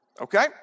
Okay